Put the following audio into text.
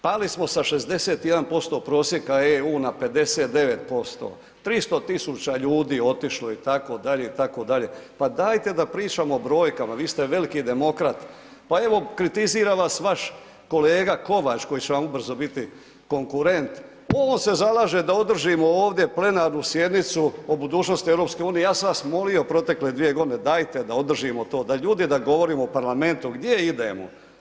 Pali smo sa 61% prosjeka EU na 59%, 300 000 ljudi otišlo je itd., itd., pa dajte da pričamo o brojkama, vi ste veliki demokrat, pa evo kritizira vas vaš kolega Kovač koji će vam ubrzo biti konkurent, on se zalaže da održimo ovdje plenarnu sjednicu o budućnosti EU-a, ja sam vas molio protekle 2 g. dajte da održimo to, da ljudi, da govorimo u parlamentu gdje idemo.